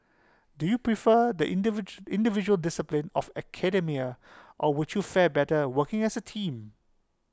do you prefer the individual individual discipline of academia or would you fare better working as A team